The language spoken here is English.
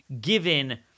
given